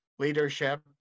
leadership